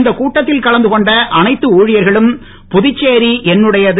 இந்த கூட்டத்தில் கலந்து கொண்ட அனைத்து ஊழியர்களும் புதுச்சேரி என்னுடையது